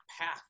path